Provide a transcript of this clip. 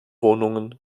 wohnungen